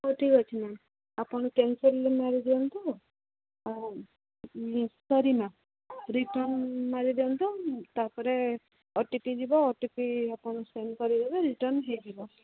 ହଉ ଠିକ୍ ଅଛି ମ୍ୟାମ୍ ଆପଣ କ୍ୟାନ୍ସେଲ୍ ମାରି ଦିଅନ୍ତୁ ଆଉ ମୁଁ ସରି ମ୍ୟାମ୍ ରିଟର୍ଣ୍ଣ ମାରି ଦିଅନ୍ତୁ ତା'ପରେ ଓ ଟି ପି ଯିବ ଓ ଟି ପି ଆପଣ ସେଣ୍ଡ୍ କରିଦେବେ ରିଟର୍ଣ୍ଣ ହେଇଯିବ